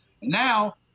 Now